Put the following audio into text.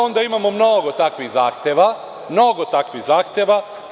Onda imamo mnogo takvih zahteva, mnogo takvih zahteva.